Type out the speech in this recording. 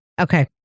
Okay